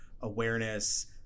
awareness